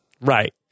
Right